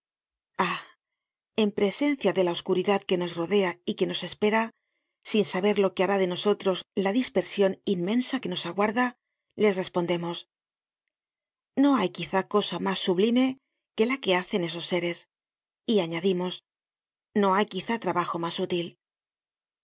en presencia de la oscuridad que nos rodea y que nos espera sin saber lo que hará de nosotros la dispersion inmensa que nos aguarda les respondemos no hay quizá cosa mas sublime que la que hacen esos seres y añadimos no hay quizá trabajo mas útil